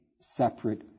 separate